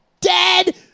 dead